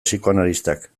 psikoanalistak